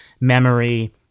memory